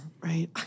Right